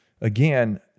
again